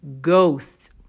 Ghost